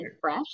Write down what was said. fresh